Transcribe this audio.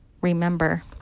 Remember